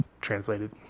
translated